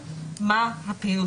מה קורה